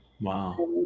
Wow